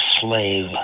slave